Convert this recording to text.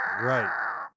right